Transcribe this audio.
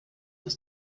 ist